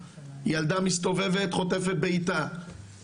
ילדה מסתובבת חוטפת בעיטה,